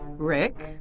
Rick